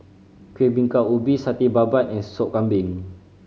Kuih Bingka Ubi Satay Babat and Soup Kambing